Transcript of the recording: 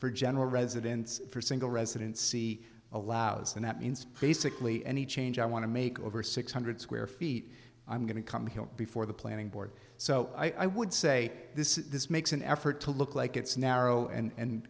for general residents for single resident see allows and that means basically any change i want to make over six hundred square feet i'm going to come here before the planning board so i would say this is this makes an effort to look like it's narrow and